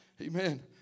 Amen